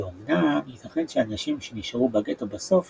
ואמנם ייתכן שהאנשים שנשארו בגטו בסוף